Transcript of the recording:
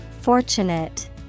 Fortunate